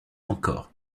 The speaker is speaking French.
encore